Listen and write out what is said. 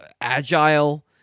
agile